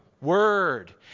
Word